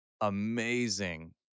amazing